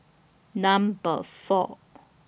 Number four